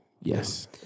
yes